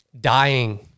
dying